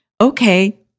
okay